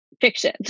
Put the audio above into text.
fiction